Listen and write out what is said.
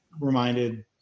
reminded